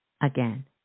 again